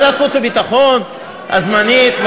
ועדת חוץ וביטחון הזמנית?